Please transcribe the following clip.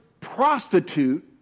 prostitute